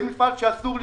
זה מפעל שאסור לסגור.